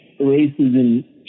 racism